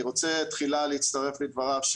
אני רוצה תחילה להצטרף לדבריו,